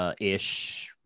ish